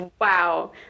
wow